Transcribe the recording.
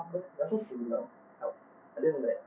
we are so similar help other than that